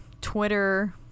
Twitter